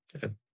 good